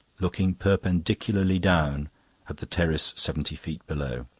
looking perpendicularly down at the terrace seventy feet below.